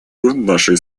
нашей